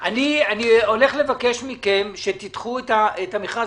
אני הולך לבקש מכם שתדחו את המכרז